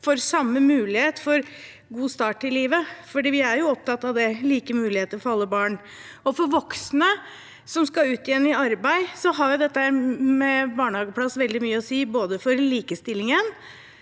får samme mulighet for en god start i livet. Vi er opptatt av like muligheter for alle barn. For voksne som skal ut igjen i arbeid, har dette med barnehageplass veldig mye å si for både likestillingen